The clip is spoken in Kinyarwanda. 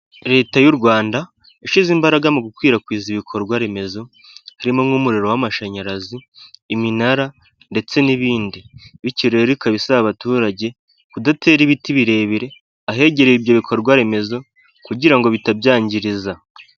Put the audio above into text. Leta y'u Rwanda yashyize imbaraga mu gukwirakwiza ibikorwa remezo harimo nk'umuriro w'amashanyarazi, iminara ndetse n'ibindi, bityo rero ikaba isaba abaturage kudatera ibiti birebire ahegereye ibyo bikorwa remezo kugirango bitabyangiriza.